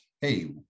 hey